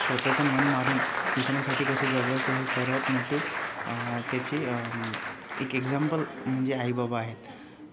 स्वतःचं मन मारून दुसऱ्यांसाठी कसे जगवायचे हे सर्वात मोठे त्याचे एक एक्झांपल म्हणजे आई बाबा आहेत